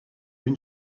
une